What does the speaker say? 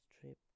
trip